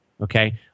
Okay